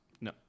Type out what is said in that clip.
No